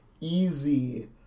easy